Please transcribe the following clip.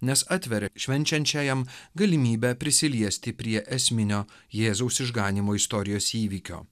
nes atveria švenčiančiajam galimybę prisiliesti prie esminio jėzaus išganymo istorijos įvykio